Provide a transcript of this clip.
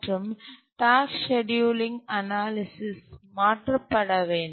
மற்றும் task scheduling analysis மாற்றப்பட வேண்டும்